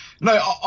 No